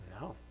No